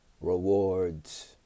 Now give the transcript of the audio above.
rewards